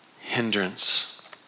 hindrance